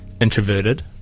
Introverted